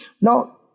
Now